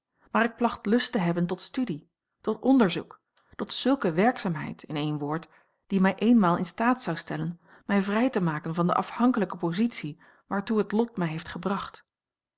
ik placht lust te hebben tot studie tot onderzoek tot zulke werkzaamheid in één woord die mij eenmaal in staat zou stellen mij vrij te maken van de afhankelijke positie waartoe het lot mij heeft gebracht